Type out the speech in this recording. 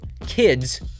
kids